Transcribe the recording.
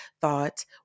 thought